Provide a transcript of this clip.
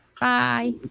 Bye